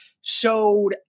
showed